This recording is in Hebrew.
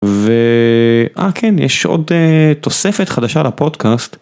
ואה כן יש עוד תוספת חדשה לפודקאסט